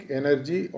energy